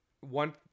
One